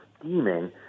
steaming